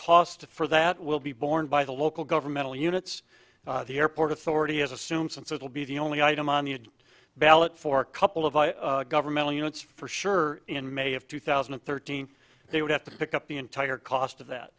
cost for that will be borne by the local governmental units the airport authority has assumed since it will be the only item on the ballot for couple of governmental units for sure in may of two thousand and thirteen they would have to pick up the entire cost of that